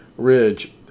Ridge